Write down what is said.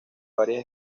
varias